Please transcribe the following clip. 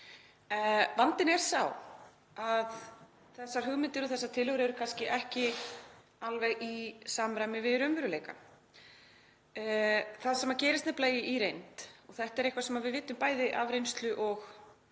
vandinn er sá að þessar hugmyndir og þessar tillögur eru kannski ekki alveg í samræmi við raunveruleikann. Það sem gerist nefnilega í reynd, og þetta er eitthvað sem við vitum bæði af reynslu og